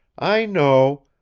i know.